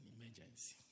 emergency